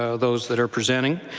ah those that are presenting.